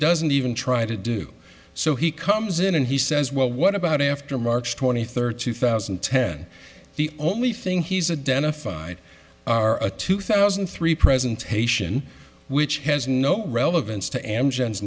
doesn't even try to do so he comes in and he says well what about after march twenty third two thousand and ten the only thing he's a den affine are a two thousand and three presentation which has no relevance to am